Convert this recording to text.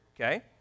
Okay